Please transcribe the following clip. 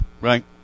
Right